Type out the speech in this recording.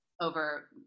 over